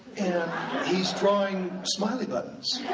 and he's drawing smiley buttons.